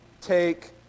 take